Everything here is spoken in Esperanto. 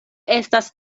estas